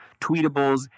tweetables